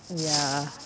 ya